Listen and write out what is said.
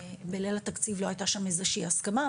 בליל התקציב לא הייתה שם איזו שהיא הסכמה,